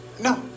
No